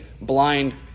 blind